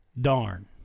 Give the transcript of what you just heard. darn